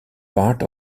part